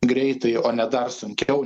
greitai o ne dar sunkiau